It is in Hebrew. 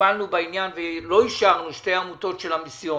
וטיפלנו בעניין ולא אישרנו שתי עמותות של המיסיון.